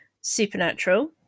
Supernatural